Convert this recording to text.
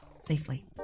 safely